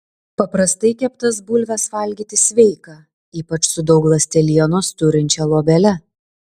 paprastai keptas bulves valgyti sveika ypač su daug ląstelienos turinčia luobele